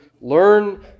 learn